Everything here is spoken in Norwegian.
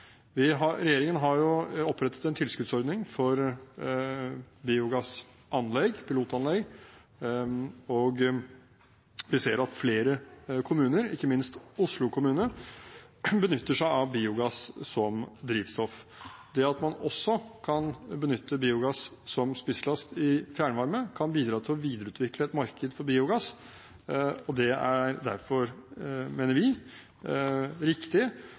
vi ser at flere kommuner, ikke minst Oslo kommune, benytter seg av biogass som drivstoff. Det at man også kan benytte biogass som spisslast i fjernvarme, kan bidra til å videreutvikle et marked for biogass, og det er derfor riktig, mener vi,